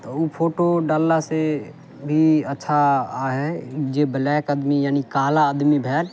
तऽ उ फोटो डाललासँ भी अच्छा आय हइ जे ब्लैक आदमी यानि काला आदमी भेल